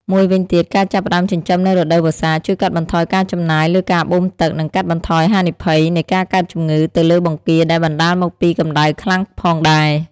មួយវិញទៀតការចាប់ផ្តើមចិញ្ចឹមនៅរដូវវស្សាជួយកាត់បន្ថយការចំណាយលើការបូមទឹក និងកាត់បន្ថយហានិភ័យនៃការកើតជំងឺទៅលើបង្គាដែលបណ្ដាលមកពីកម្ដៅខ្លាំងផងដែរ។